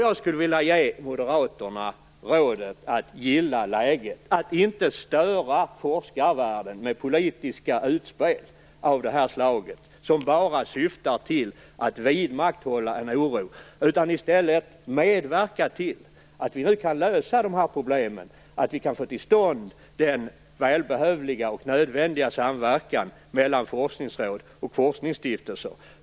Nu skulle jag vilja ge Moderaterna rådet att gilla läget, att inte störa forskarvärlden med politiska utspel av det här slaget som bara syftar till att vidmakthålla oron utan att i stället medverka till att vi kan lösa problemen och få till stånd den väl behövliga och nödvändiga samverkan mellan forskningsråd och forskningsstiftelser.